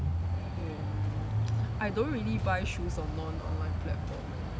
I don't really buy shoes on non online platform eh